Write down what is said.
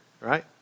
Right